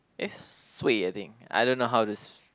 eh suay I think I don't know how this